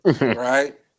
Right